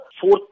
fourth